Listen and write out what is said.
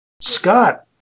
Scott